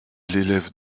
l’élève